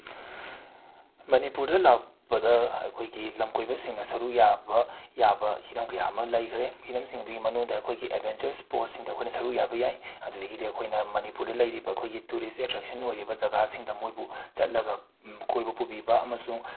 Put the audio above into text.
ꯃꯅꯤꯄꯨꯔꯗ ꯂꯥꯛꯄꯗ ꯑꯩꯈꯣꯏꯒꯤ ꯂꯝꯀꯣꯏꯕꯁꯤꯡꯅ ꯁꯔꯨꯛ ꯌꯥꯕ ꯌꯥꯕ ꯍꯤꯔꯝ ꯀꯌꯥ ꯑꯃ ꯂꯩꯈ꯭ꯔꯦ ꯍꯤꯔꯝꯁꯤꯡ ꯑꯗꯨꯒꯤ ꯃꯅꯨꯡꯗ ꯑꯩꯈꯣꯏꯒꯤ ꯑꯦꯗꯚꯦꯟꯆꯔ ꯏꯁꯄꯣꯔꯠꯁꯤꯡꯗ ꯑꯩꯈꯣꯏꯅ ꯁꯔꯨꯛ ꯌꯥꯏ ꯑꯗꯨꯗꯒꯤꯗꯤ ꯑꯩꯈꯣꯏꯅ ꯃꯅꯤꯄꯨꯔꯗ ꯂꯩꯔꯤꯕ ꯑꯩꯈꯣꯏꯒꯤ ꯇꯨꯔꯤꯁ ꯑꯦꯇ꯭ꯔꯦꯛꯁꯟ ꯑꯣꯏꯔꯤꯕ ꯖꯒꯥꯁꯤꯡꯗ ꯃꯣꯏꯕꯨ ꯆꯠꯂꯒ ꯀꯣꯏꯕ ꯄꯨꯕꯤꯕ ꯑꯃꯁꯨꯡ